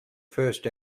first